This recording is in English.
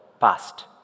past